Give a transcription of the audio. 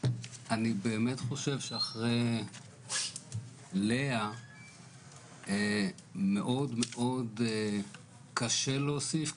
אני באמת חושב שאחרי לאה מאוד מאוד קשה להוסיף,